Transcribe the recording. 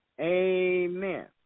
Amen